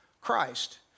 Christ